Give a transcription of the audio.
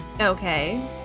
Okay